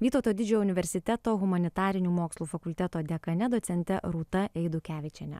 vytauto didžiojo universiteto humanitarinių mokslų fakulteto dekane docente rūta eidukevičiene